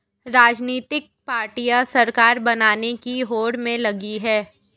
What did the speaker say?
राजनीतिक पार्टियां सरकार बनाने की होड़ में लगी हैं